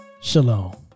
Shalom